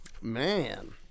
Man